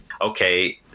okay